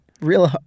real –